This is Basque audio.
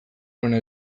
hona